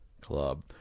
Club